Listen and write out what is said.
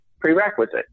prerequisite